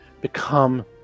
become